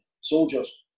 soldiers